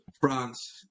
France